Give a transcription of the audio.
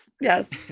yes